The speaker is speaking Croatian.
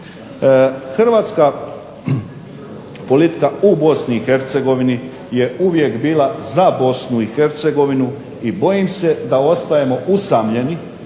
Hrvatska politika u BiH je uvijek bila za BiH i bojim se da ostajemo usamljeni